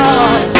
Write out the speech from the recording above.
God